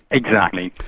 exactly.